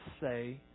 say